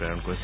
প্ৰেৰণ কৰিছে